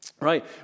right